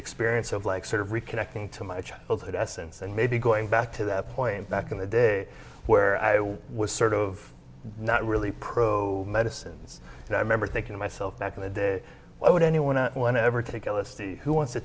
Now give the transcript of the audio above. experience of like sort of reconnecting to my childhood essence and maybe going back to that point back in the day where i was sort of not really pro medicines and i remember thinking myself back in the day why would anyone at one ever take l s d who wants to